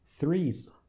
Threes